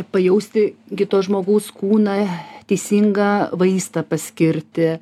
pajausti kito žmogaus kūną teisingą vaistą paskirti